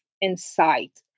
insight